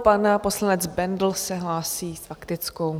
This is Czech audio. Pan poslanec Bendl se hlásí s faktickou.